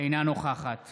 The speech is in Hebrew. אינה נוכחת